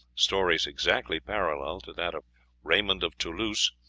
stories exactly parallel to that of raymond of toulouse,